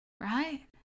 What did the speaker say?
right